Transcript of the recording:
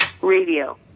radio